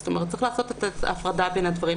צריך לעשות הפרדה בין הדברים.